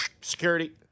Security